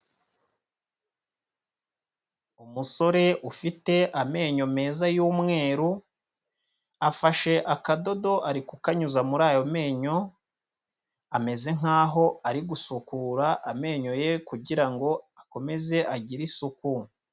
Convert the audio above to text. Umusore ufite amenyo meza y'umweru afashe akadodo, ari kukanyuza muri ayo menyo, ameze nk'aho ari gusukura amenyo ye kugira ngo akomeze agire isuku.